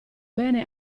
bene